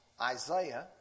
Isaiah